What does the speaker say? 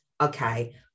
okay